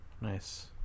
Nice